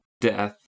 death